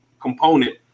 component